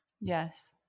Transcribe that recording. yes